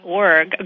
org